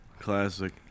classic